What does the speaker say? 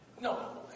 No